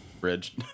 bridge